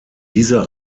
dieser